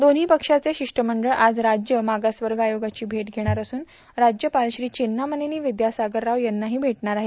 दोन्ही पक्षाचे शिष्टमंडळ आज राज्य मागासवर्ग आयोगाची भेट घेणार असून राज्यपाल श्री चेन्नामनेनी विद्यासागर राव यांनाही भेटणार आहेत